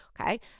Okay